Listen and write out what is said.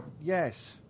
yes